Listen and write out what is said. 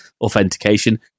authentication